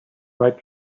right